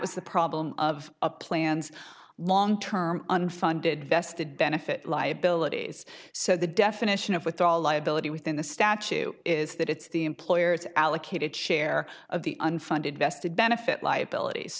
was the problem of a planned long term unfunded vested benefit liabilities so the definition of with all liability within the statute is that it's the employer's allocated share of the unfunded vested benefit liabilities